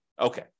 Okay